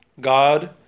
God